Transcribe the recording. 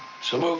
so